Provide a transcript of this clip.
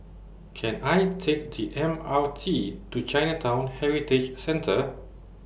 Can I Take The M R T to Chinatown Heritage Centre